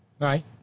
Right